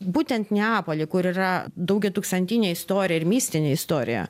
būtent neapoly kur yra daugiatūkstantinė istorija ir mistinė istorija